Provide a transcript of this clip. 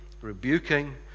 rebuking